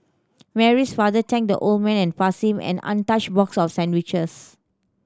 Mary's father thanked the old man and passed him an untouched box of sandwiches